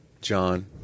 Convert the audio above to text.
John